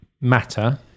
matter